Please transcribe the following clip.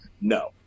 no